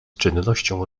czynnością